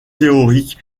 théorique